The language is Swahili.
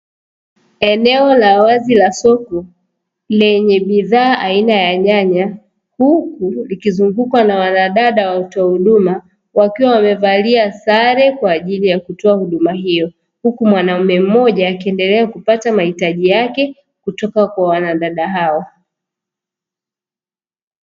Eneo la wazi la soko, lenye bidhaa aina ya nyanya huku likizungukwa na wanadada watoa huduma wakiwa wamevalia sare kwa ajili ya kutoa huduma hiyo, huku mwanaume mmoja akiendelea kupata mahitaji yake kutoka kwa wanadada hao.